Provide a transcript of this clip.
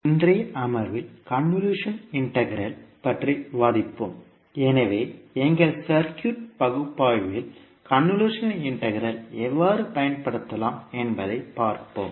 இன்றைய அமர்வில் convolution integral பற்றி விவாதிப்போம் எனவே எங்கள் சர்க்யூட் பகுப்பாய்வில் கன்வொல்யூஷன் இன்டெக்ரல் எவ்வாறு பயன்படுத்தலாம் என்பதைப் பார்ப்போம்